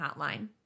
Hotline